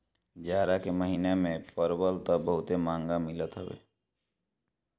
जाड़ा के महिना में परवल तअ बहुते महंग मिलत हवे